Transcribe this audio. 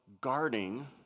guarding